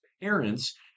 parents